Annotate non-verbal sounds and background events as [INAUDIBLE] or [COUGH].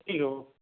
[UNINTELLIGIBLE]